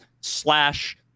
slash